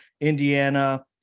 Indiana